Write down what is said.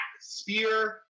spear